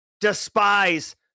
despise